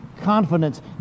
confidence